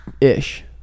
ish